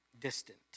distant